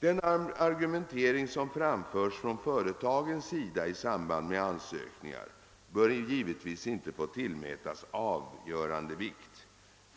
Den argumentering, som framförs från företagen i samband med ansökningar, bör givetvis inte få tillmätas avgörande vikt.